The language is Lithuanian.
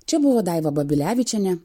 čia buvo daiva babilevičienė